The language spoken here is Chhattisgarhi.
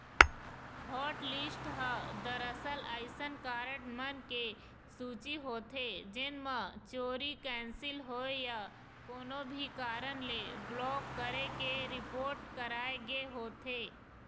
हॉटलिस्ट ह दरअसल अइसन कारड मन के सूची होथे जेन म चोरी, कैंसिल होए या कोनो भी कारन ले ब्लॉक करे के रिपोट कराए गे होथे